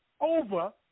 over